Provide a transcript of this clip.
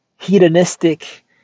hedonistic